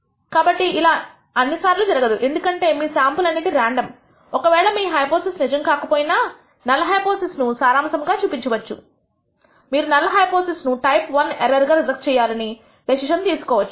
కాబట్టి ఇలా అన్ని సార్లు జరగదు ఎందుకంటే మీ శాంపుల్ అనేది రాండమ్ ఒకవేళ మీ హైపోథిసిస్ నిజం కాకపోయినా నల్ హైపోథిసిస్ ను సారాంశము గా చూపించవచ్చు మీరు నల్ హైపోథిసిస్ ను టైప్ I ఎర్రర్ గా రిజెక్ట్ చేయాలని డెసిషన్ తీసుకోవచ్చు